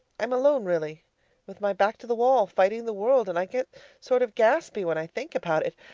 i'm alone, really with my back to the wall fighting the world and i get sort of gaspy when i think about it.